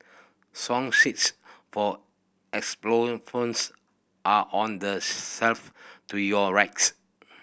song sheets for xylophones are on the shelf to your rights